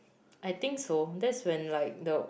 I think so that is when like the